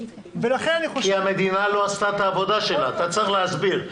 אתה צריך להסביר.